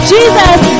Jesus